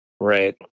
Right